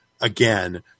again